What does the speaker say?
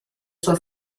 suo